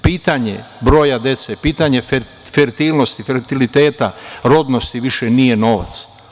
Pitanje broja dece, pitanje fertilnosti, fertiliteta, rodnosti, više nije novac.